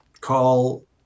call